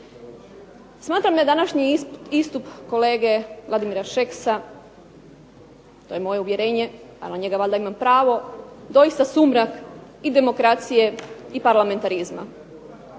Smatram da je današnji istup kolege Vladimira Šeksa, to je moje uvjerenje, a na njega valjda imam pravo, doista sumrak i demokracije i parlamentarizma.